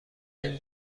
این